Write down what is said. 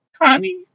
honey